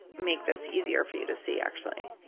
make this easier for you to see actually.